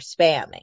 spamming